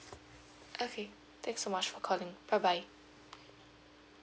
okay thanks so much for calling bye bye